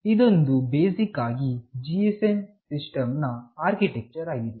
ಇದೊಂದು ಬೇಸಿಕ್ ಆಗಿ GSM system ನ ಆರ್ಕಿಟೆಕ್ಚರ್ ಆಗಿದೆ